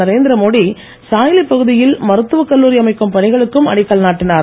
நரேந்திர மோடி சாய்லி பகுதியில் மருத்துவ கல்லூரி அமைக்கும் பணிகளுக்கும் அடிக்கல் நாட்டினார்